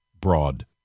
broad